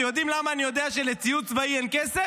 יודעים למה אני יודע שלציוד צבאי אין כסף?